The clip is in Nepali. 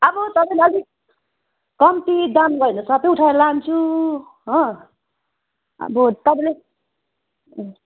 अब तपाईँले अलिक कम्ती दाम गरे त सब उठाएर लान्छु अब तपाईँले ए